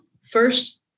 first